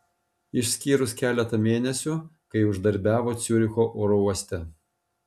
išskyrus keletą mėnesių kai uždarbiavo ciuricho oro uoste